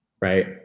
right